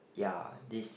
ya this